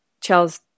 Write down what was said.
Charles